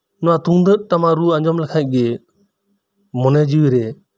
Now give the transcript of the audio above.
ᱱᱚᱣᱟ ᱛᱩᱢᱫᱟᱹᱜ ᱴᱟᱢᱟᱠ ᱨᱩ ᱟᱸᱡᱚᱢ ᱞᱮᱠᱷᱟᱡᱜᱮ ᱢᱚᱱᱮ ᱡᱤᱣᱤᱨᱮ